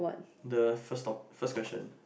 the first top first question